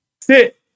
Sit